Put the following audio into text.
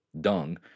dung